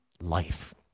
life